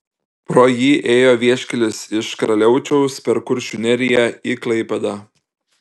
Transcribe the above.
pro jį ėjo vieškelis iš karaliaučiaus per kuršių neriją į klaipėdą